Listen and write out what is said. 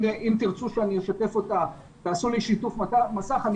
אם תרצו שאני אשתף אותה תעשו לי שיתוף מסך ואני